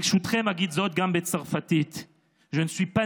וברשותכם אגיד זאת גם בצרפתית: Je ne suis pas